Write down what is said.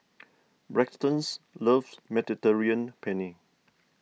Braxton's loves Mediterranean Penne